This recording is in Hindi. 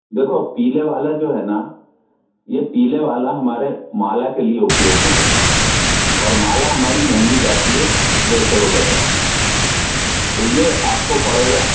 देखो पीले वाला जो है ना ये पीले वाला हमारे माला के लिए उपयोग में होता है और माला हमारी महँगी जाती है दो सौ रुपए तक की तो ये आपको पड़ेगा